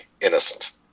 innocent